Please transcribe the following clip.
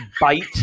bite